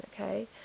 okay